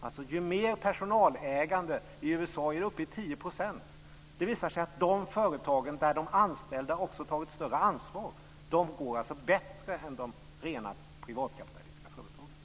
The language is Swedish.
I USA är personalägandet uppe i 10 %. Det visar sig alltså att de företag där de anställda tagit större ansvar går bättre än de rena privatkapitalistiska företagen.